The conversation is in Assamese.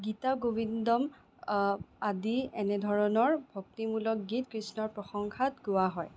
গীতা গোবিন্দম আদি এনেধৰণৰ ভক্তিমূলক গীত কৃষ্ণৰ প্ৰশংসাত গোৱা হয়